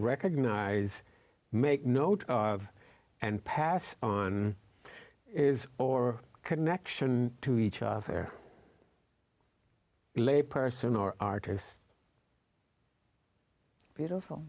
recognize make note and pass on is or connection to each other layperson or artist beautiful